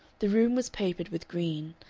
the room was papered with green,